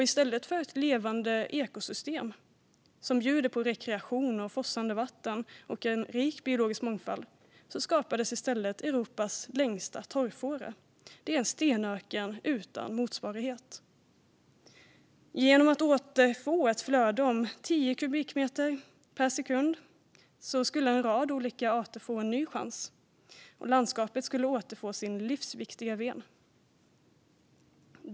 I stället för ett levande ekosystem som bjuder på rekreation, forsande vatten och en rik biologisk mångfald skapades Europas längsta torrfåra. Det är en stenöken utan motsvarighet. Genom att återfå ett flöde om tio kubikmeter per sekund skulle en rad olika arter få en ny chans, och landskapet skulle återfå sin livsviktiga ven.